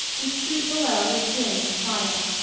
the street below was dim and quiet.